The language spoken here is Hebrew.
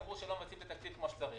אמרו שלא מבצעים את התקציב כפי שצריך.